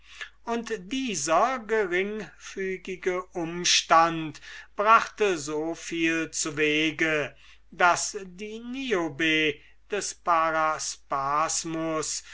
sagte dieser einzige umstand brachte so viel zuwege daß die niobe des